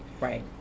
right